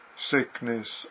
sickness